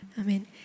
Amen